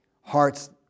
Hearts